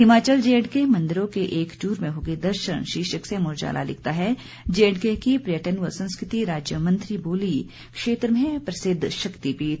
Himachal J and K मंदिरों के एक टूर में होंगे दर्शन शीर्षक से अमर उजाला लिखता है जेएंडके की पर्यटन व संस्कृति राज्य मंत्री बोलीं क्षेत्र में हैं प्रसिद्व शक्तिपीठ